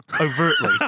Overtly